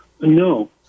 No